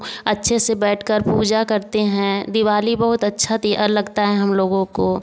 अच्छे से बैठ कर पूजा करते हैं दिवाली बहुत अच्छा ते लगता है हम लोगों को